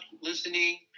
listening